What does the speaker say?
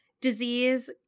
disease